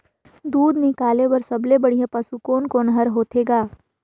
दूध निकाले बर सबले बढ़िया पशु कोन कोन हर होथे ग?